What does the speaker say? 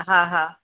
हा हा